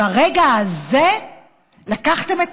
ברגע הזה לקחתם את